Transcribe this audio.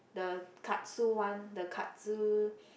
the Katsu one the Katsu